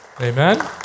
amen